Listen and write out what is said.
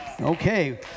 okay